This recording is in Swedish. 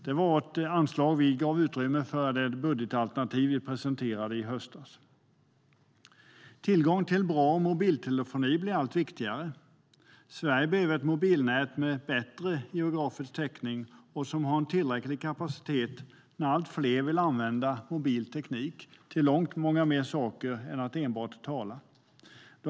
Det var ett anslag som vi gav utrymme för i det budgetalternativ som vi presenterade i höstas. Tillgång till bra mobiltelefoni blir allt viktigare. Sverige behöver ett mobilnät med bättre geografisk täckning och som har tillräcklig kapacitet när allt fler vill använda mobil teknik till långt mycket mer än att enbart tala.